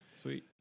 Sweet